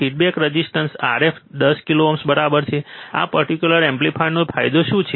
feedback resistor Rf 10 kilo ohm બરાબર છે આ પર્ટીક્યુલર એમ્પ્લીફાયરનો ફાયદો શું થશે